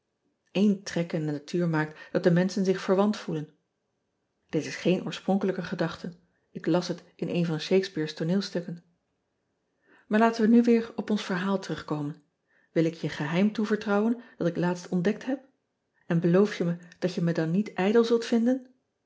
de natuur maakt dat de menschen zich verwant voelen it is geen oorspronkelijke gedachte ik las het in een van hakespeare s tooneelstukken aar laten we nu weer op ons verhaal terugkomen il ik je een geheim toevertrouwen dat ik laatst ontdekt heb n beloof je me dat je me dan niet ijdel zult vinden